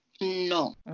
No